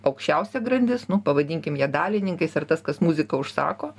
aukščiausia grandis nu pavadinkim ją dalininkais ar tas kas muziką užsako